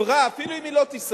חברה, אפילו אם היא לא תיסגר,